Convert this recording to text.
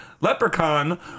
Leprechaun